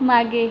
मागे